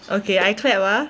okay I clap ah